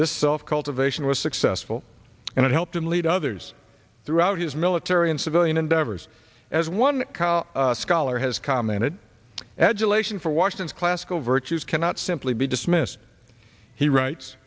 this self cultivation was successful and it helped him lead others throughout his military and civilian endeavors as one scholar has commented adulation for washington's classical virtues cannot simply be dismissed he writes